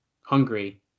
hungry